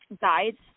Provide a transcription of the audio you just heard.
guides